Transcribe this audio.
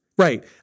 Right